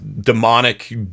demonic